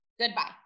goodbye